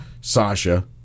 Sasha